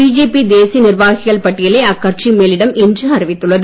BJP தேசிய நிர்வாகிகள் பட்டியலை அக்கட்சி மேலிடம் இன்று அறிவித்துள்ளது